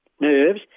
nerves